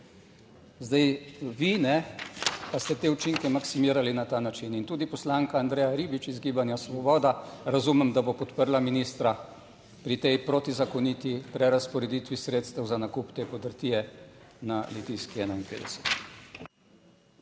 Zdaj, vi ne, pa ste te učinke maksimirali na ta način in tudi poslanka Andreja Ribič iz Gibanja Svoboda, razumem, da bo podprla ministra pri tej protizakoniti prerazporeditvi sredstev za nakup te podrtije na Litijski 51.